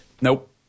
Nope